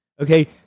okay